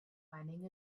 finding